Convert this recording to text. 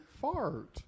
fart